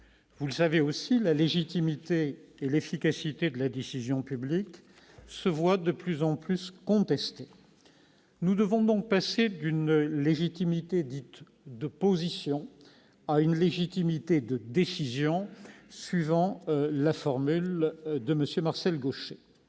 mes chers collègues, la légitimité et l'efficacité de la décision publique se voient de plus en plus contestées. Nous devons donc passer d'une légitimité de « position » à une légitimité de « décision », suivant la formule de M. Marcel Gauchet.